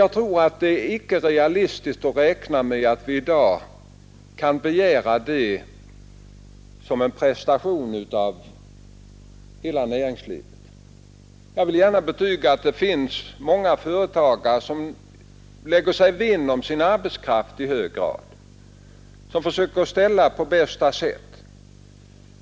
Jag tror emellertid att det icke är realistiskt att räkna med att vi i dag kan begära ett sådant ansvar av hela näringslivet. Jag vill gärna betyga att det finns många företagare som lägger sig vinn om sin arbetskraft i hög grad och som försöker att ordna på bästa sätt.